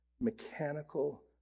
mechanical